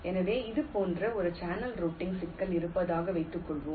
எனக்கு இது போன்ற ஒரு சேனல் ரூட்டிங் சிக்கல் இருப்பதாக வைத்துக்கொள்வோம்